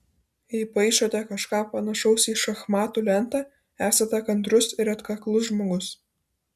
jei paišote kažką panašaus į šachmatų lentą esate kantrus ir atkaklus žmogus